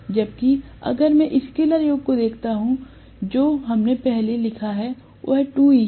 जबकि अगर मैं स्केलर योग को देखता हूं तो हमने पहले ही लिखा है कि वह 2E है